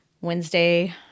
Wednesday